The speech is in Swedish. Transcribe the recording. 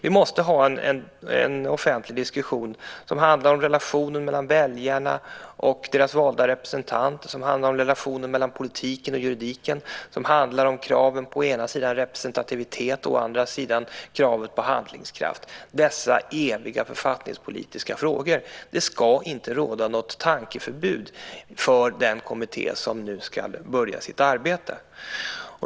Vi måste ha en offentlig diskussion som handlar om relationen mellan väljarna och deras valda representanter, som handlar om relationen mellan politiken och juridiken och som handlar om kraven på å ena sidan representativitet och å andra sidan handlingskraft - dessa eviga författningspolitiska frågor. Det ska inte råda något tankeförbud för den kommitté som nu ska börja sitt arbete.